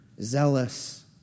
zealous